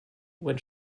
when